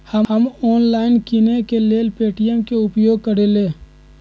हम ऑनलाइन किनेकेँ लेल पे.टी.एम के उपयोग करइले